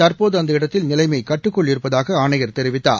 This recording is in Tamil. தற்போது அந்த இடத்தில் நிலைமை கட்டுக்குள் இருப்பதாக ஆணையர் தெரிவித்தார்